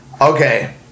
Okay